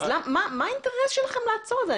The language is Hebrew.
אז מה האינטרס שלכם לעצור את זה?